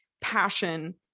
passion